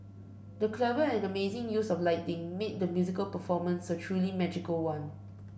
the clever and amazing use of lighting made the musical performance a truly magical one